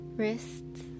wrists